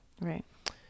right